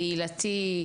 קהילתי,